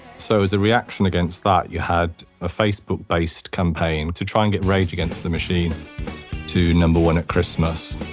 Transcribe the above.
so as a reaction against that, you had a facebook based campaign to try and get rage against the machine to number one at christmas.